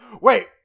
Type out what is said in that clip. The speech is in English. Wait